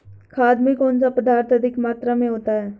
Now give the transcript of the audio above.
खाद में कौन सा पदार्थ अधिक मात्रा में होता है?